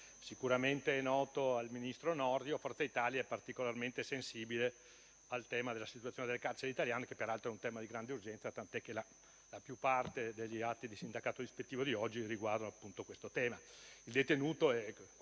sicuramente è noto al ministro Nordio, Forza Italia è particolarmente sensibile alla situazione delle carceri italiane, che peraltro è un tema di grande urgenza, tant'è che la maggior parte degli atti di sindacato ispettivo di oggi lo riguardano. Il detenuto è